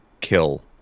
kill